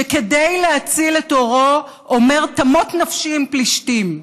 שכדי להציל את עורו אומר: תמות נפשי עם פלישתים,